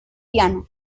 piano